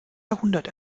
jahrhundert